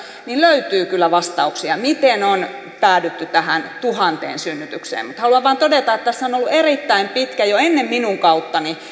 löytyy kyllä vastauksia miten on päädytty tähän tuhanteen synnytykseen mutta haluan vain todeta että tässä on ollut erittäin pitkä jo ennen minun kauttani